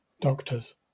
doctors